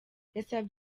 yasavye